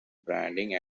branding